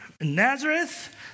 Nazareth